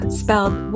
spelled